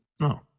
No